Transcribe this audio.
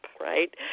right